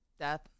Death